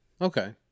okay